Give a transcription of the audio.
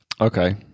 Okay